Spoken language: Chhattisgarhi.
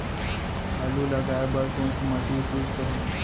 आलू लगाय बर कोन से माटी उपयुक्त हे?